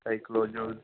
psychology